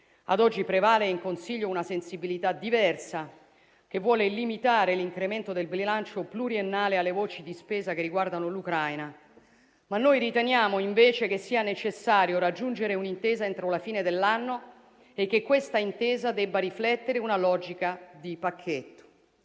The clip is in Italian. ad oggi prevale nel Consiglio una sensibilità diversa, che vuole limitare l'incremento del bilancio pluriennale alle voci di spesa che riguardano l'Ucraina. Noi riteniamo invece che sia necessario raggiungere un'intesa entro la fine dell'anno e che questa debba riflettere una logica di pacchetto.